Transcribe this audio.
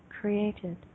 created